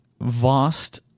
vast